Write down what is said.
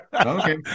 Okay